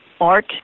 art